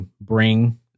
bring